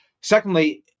Secondly